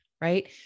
right